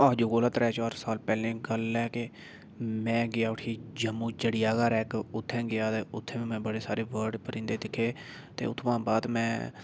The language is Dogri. अज्ज कोला त्रैऽ चार साल पैह्लें दी गल्ल ऐ के में गेआ उठी जम्मू चिड़िया घर ऐ इक उ'त्थें गेआ ते उ'त्थें बी में बड़े सारे बर्ड परिंदे दिक्खे ते उ'त्थुआं बाद में